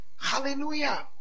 Hallelujah